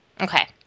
Okay